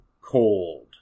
cold